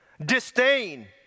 disdain